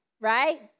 right